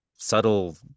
Subtle